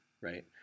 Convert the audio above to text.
Right